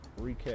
recap